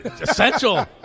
essential